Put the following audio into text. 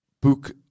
book